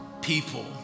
people